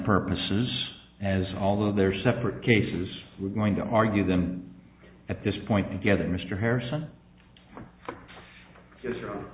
purposes as although they're separate cases we're going to argue them at this point and getting mr harrison is